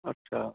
अच्छा